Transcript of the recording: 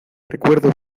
recuerdo